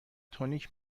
تونیک